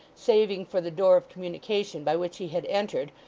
saving for the door of communication by which he had entered,